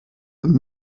and